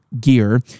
gear